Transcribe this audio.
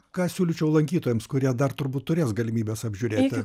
ką siūlyčiau lankytojams kurie dar turbūt turės galimybes apžiūrėti